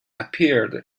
appeared